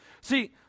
See